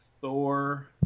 Thor